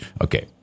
Okay